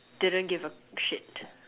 didn't give a shit